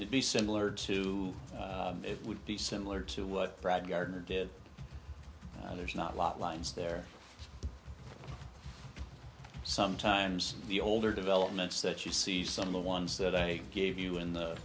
it be similar to it would be similar to what brad gardner did and there's not a lot lines there sometimes the older developments that you see some of the ones that i gave you in the